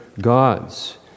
gods